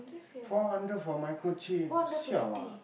four hundred for microchip siao ah